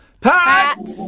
Pat